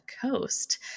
coast